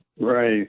Right